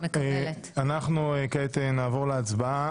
אנחנו נעבור להצבעה.